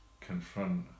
confront